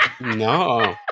No